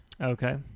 Okay